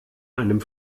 einem